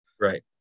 Right